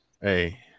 Hey